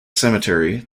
cemetery